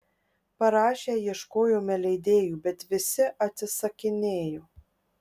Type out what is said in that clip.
parašę ieškojome leidėjų bet visi atsisakinėjo